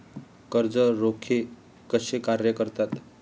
कर्ज रोखे कसे कार्य करतात?